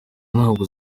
ntabwo